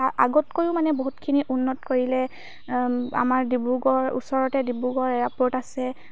তাৰ আগতকৈয়ো মানে বহুতখিনি উন্নত কৰিলে আমাৰ ডিব্ৰুগড়ৰ ওচৰতে ডিব্ৰুগড় এয়াৰপৰ্ট আছে